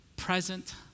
present